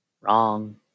wrong